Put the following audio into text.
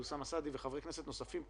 אוסאמה סעדי וחברי כנסת נוספים פה,